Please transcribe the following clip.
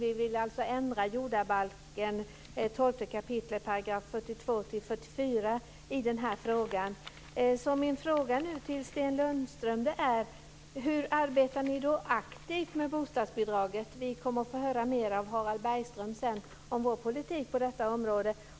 I den frågan vill vi ändra 12 kap. §§ 42-44 Sten Lundström, hur arbetar ni aktivt med bostadsbidraget? Senare här kommer vi genom Harald Bergström att få höra mer om Kristdemokraternas politik på detta område.